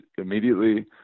immediately